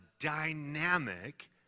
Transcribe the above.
dynamic